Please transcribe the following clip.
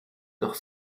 doch